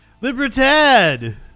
Libertad